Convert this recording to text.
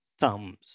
thumbs